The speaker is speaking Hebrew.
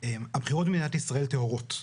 הבחירות במדינת ישראל טהורות,